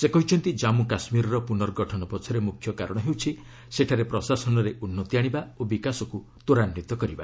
ସେ କହିଛନ୍ତି କାଶ୍ମୀରର ପୁର୍ନଗଠନ ପଛରେ ମୁଖ୍ୟ କାରଣ ହେଉଛି ସେଠାରେ ପ୍ରଶାସନରେ ଉନ୍ନତି ଆଣିବା ଓ ବିକାଶକୁ ତ୍ୱରାନ୍ୱିତ କରିବା